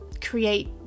create